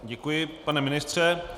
Děkuji, pane ministře.